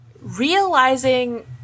Realizing